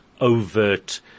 overt